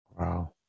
Wow